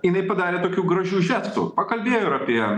jinai padarė tokių gražių žestų pakalbėjo ir apie